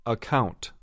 Account